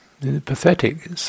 Pathetic